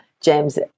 James